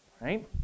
right